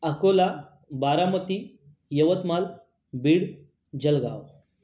Akola Baramati Yavatmal Beed Jalgaon